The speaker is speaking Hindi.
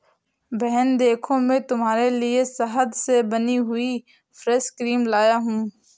बहन देखो मैं तुम्हारे लिए शहद से बनी हुई फेस क्रीम लाया हूं